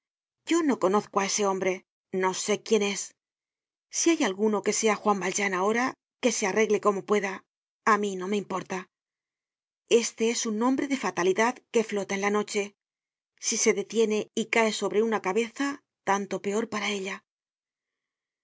yo no conozco á ese hombre no sé quién es si hay alguno que sea juan valjean ahora que se arregle como pueda á mí no me importa este es un nombre de fatalidad que flota en la noche si se detiene y cae sobre una cabeza tanto peor para ella